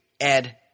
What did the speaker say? Ed